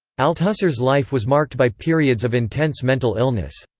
althusser's life was marked by periods of intense mental illness.